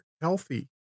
healthy